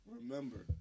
Remember